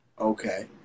Okay